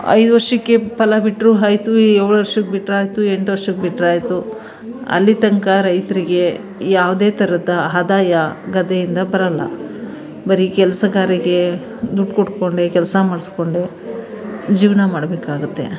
ಐದು ವರ್ಷಕ್ಕೆ ಫಲ ಬಿಟ್ಟರೂ ಆಯ್ತು ಏಳು ವರ್ಷಕ್ಕೆ ಬಿಟ್ಟರೆ ಆಯಿತು ಎಂಟು ವರ್ಷಕ್ಕೆ ಬಿಟ್ಟರೆ ಆಯಿತು ಅಲ್ಲಿ ತನಕ ರೈತರಿಗೆ ಯಾವುದೇ ಥರದ ಆದಾಯ ಗದ್ದೆಯಿಂದ ಬರೋಲ್ಲ ಬರೀ ಕೆಲಸಗಾರಿಗೆ ದುಡ್ಡು ಕೊಟ್ಕೊಂಡೆ ಕೆಲಸ ಮಾಡಿಸ್ಕೊಂಡೆ ಜೀವನ ಮಾಡಬೇಕಾಗುತ್ತೆ